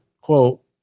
quote